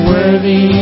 Worthy